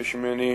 ביקש ממני